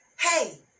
Hey